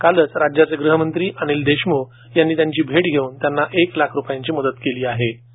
कालच राज्याचे ग़हमंत्री अनिल देशमुख यांनी त्यांची भेट घेऊन त्यांना एक लाख रुपये आर्थिक मदत केली होती